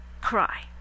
cry